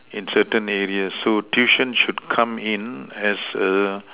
in certain areas so tuition should come in as a